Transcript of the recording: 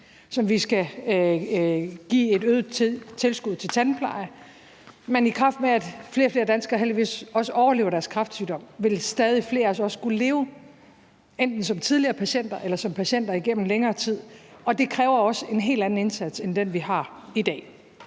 så vi skal give et øget tilskud til tandpleje. Men i takt med at flere og flere danskere heldigvis også overlever deres kræftsygdom, vil stadig flere altså også skulle leve enten som tidligere patienter eller som patienter igennem længere tid, og det kræver også en helt anden indsats end den, vi har i dag.